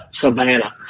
Savannah